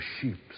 sheep